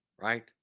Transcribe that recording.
right